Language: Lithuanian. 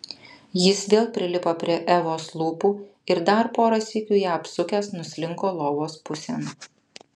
jis vėl prilipo prie evos lūpų ir dar porą sykių ją apsukęs nuslinko lovos pusėn